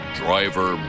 driver